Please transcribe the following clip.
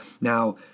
Now